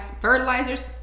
fertilizers